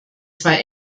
zwei